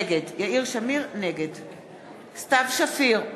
נגד סתיו שפיר,